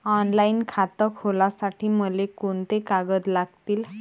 Online खातं खोलासाठी मले कोंते कागद लागतील?